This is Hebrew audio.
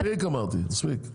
מספיק אמרתי, מספיק.